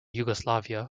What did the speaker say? yugoslavia